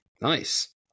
Nice